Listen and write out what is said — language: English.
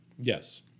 Yes